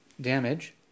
damage